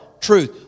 truth